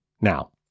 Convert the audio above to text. Now